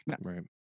right